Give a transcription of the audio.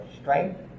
strength